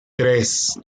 tres